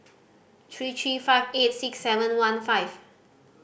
three three five eight six seven one five